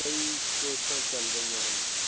ਕਈ ਕੋਸ਼ਿਸ਼ਾਂ ਚੱਲ ਰਹੀਆਂ ਹਨ